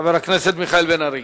חבר הכנסת מיכאל בן-ארי.